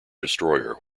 destroyer